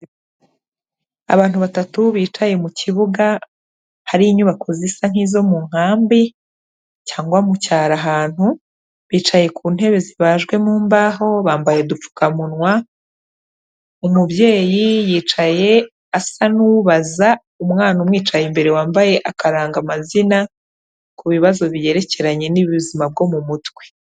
Abantu batatu bicaye mu kibuga, hari inyubako zisa nk'izo mu nkambi cyangwa mu cyaro ahantu, bicaye ku ntebe zibajwe mu mbaho, bambaye udupfukamunwa, umubyeyi yicaye asa n'ubaza umwana umwicaye imbere wambaye akarangamazina, ku bibazo byerekeranye n'ubuzima bwo mu mutwe.